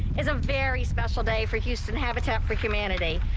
it's a very special day for houston habitat for humanity.